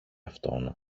αυτόν